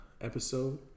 episode